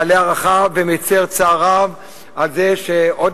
אני מלא הערכה ומצר צער רב על זה שעוד